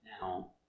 now